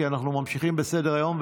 כי אנחנו ממשיכים בסדר-היום,